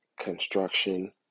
construction